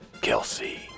Kelsey